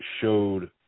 showed